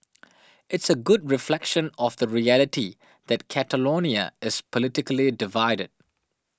it's a good reflection of the reality that Catalonia is politically divided